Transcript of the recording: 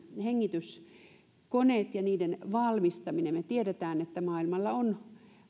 hengityskoneet ja niiden valmistaminen me tiedämme että maailmalla on